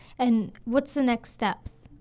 and what's the next step?